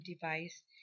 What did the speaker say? device